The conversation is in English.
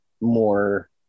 more